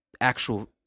actual